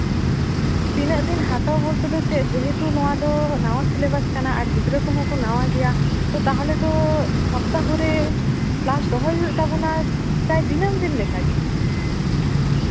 ᱛᱤᱱᱟᱹᱜ ᱫᱤᱱ ᱦᱟᱛᱟᱣ ᱵᱚᱞᱛᱮ ᱫᱚ ᱪᱮᱫ ᱡᱮᱦᱮᱛᱩ ᱱᱚᱣᱟ ᱫᱚ ᱱᱟᱣᱟ ᱥᱤᱞᱮᱵᱟᱥ ᱠᱟᱱᱟ ᱟᱨ ᱜᱤᱫᱽᱨᱟᱹ ᱠᱚᱦᱚᱸ ᱠᱚ ᱱᱟᱣᱟ ᱜᱮᱭᱟ ᱛᱟᱦᱚᱞᱮ ᱫᱚ ᱥᱚᱯᱛᱟᱦᱚ ᱨᱮ ᱠᱞᱟᱥ ᱫᱚᱦᱚᱭ ᱦᱩᱭᱩᱜ ᱛᱟᱵᱚᱱᱟ ᱯᱨᱟᱭ ᱫᱤᱱᱟᱹᱢ ᱫᱤᱱ ᱞᱮᱠᱟ ᱜᱮ